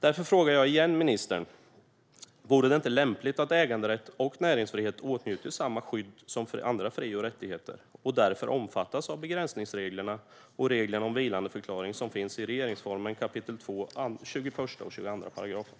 Därför frågar jag på nytt ministern: Vore det inte lämpligt att äganderätt och näringsfrihet åtnjuter samma skydd som andra fri och rättigheter och därför omfattas av begränsningsreglerna och reglerna om vilandeförklaring i regeringsformen 2 kap. 21 och 22 §?